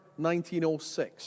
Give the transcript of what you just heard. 1906